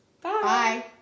Bye